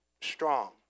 strong